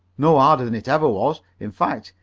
no harder than it ever was. in fact,